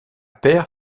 pair